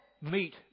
meet